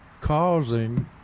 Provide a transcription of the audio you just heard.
causing